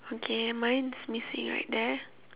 okay mine's missing right there